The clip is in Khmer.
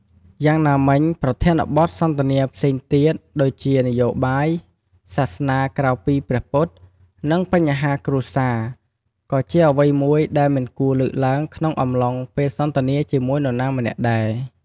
យ៉ាងណាមិញ ប្រធានបទសន្ទនាផ្សេងទៀត ដូចជា នយោបាយ សាសនាក្រៅពីព្រះពុទ្ធ និង បញ្ហាគ្រួសារ ក៏ជាអ្វីមួយដែលមិនគួរលើកឡើងក្នុងអំឡុងពេលសន្ទនាជាមួយនរណាម្នាក់ដែរ។